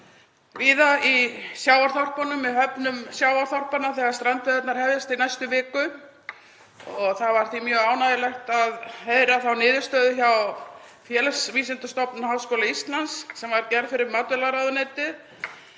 víða í sjávarþorpunum, í höfnum sjávarþorpanna, þegar strandveiðarnar hefjast í næstu viku. Það var því mjög ánægjulegt að heyra þá niðurstöðu könnunar hjá Félagsvísindastofnun Háskóla Íslands sem var gerð fyrir matvælaráðuneytið